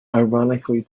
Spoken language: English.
ironically